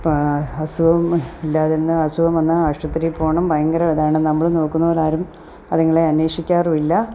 അപ്പം അസുഖം ഇല്ലാതിരുന്നു അസുഖം വന്നാൽ ആശുപത്രിയിൽ പോകണം ഭയങ്കര ഇതാണ് നമ്മൾ നോക്കുന്നതു പോലെ ആരും അതുങ്ങളെ അന്വേഷിക്കാറുമില്ല